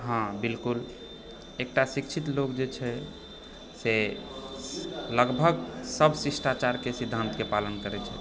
हँ बिल्कुल एकटा शिक्षित लोग जे छै से लगभग सब शिष्टाचारके सिद्धान्तके पालन करै छै